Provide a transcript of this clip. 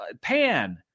Pan